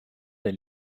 der